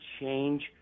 change